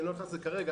אני לא נכנס לזה כרגע,